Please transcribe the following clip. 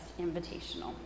invitational